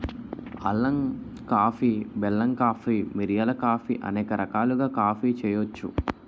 అల్లం కాఫీ బెల్లం కాఫీ మిరియాల కాఫీ అనేక రకాలుగా కాఫీ చేయొచ్చు